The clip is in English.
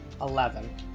eleven